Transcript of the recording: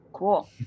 Cool